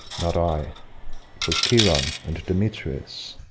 not i twas chiron and demetrius.